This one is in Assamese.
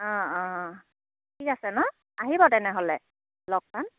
অঁ অঁ ঠিক আছে নহ্ আহিব তেনেহ'লে লগ পাম